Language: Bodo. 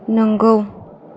नोंगौ